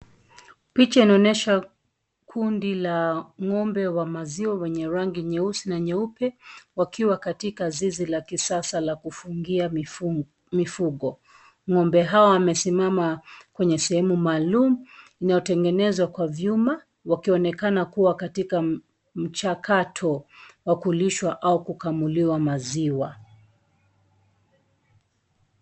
Picha inaonyesha kundi la ng'ombe wa maziwa wenye rangi nyeusi na nyeupe wakiwa katika zizi la kisasa la kufungia mifugo. Ng'ombe hao wamesimama kwenye sehemu maalumu inayotengenezwa kwa vyuma wakionekana kuwa katika mchakato wa kulishwa au kukamuliwa maziwa.